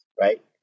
right